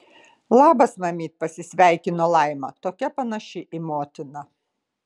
labas mamyt pasisveikino laima tokia panaši į motiną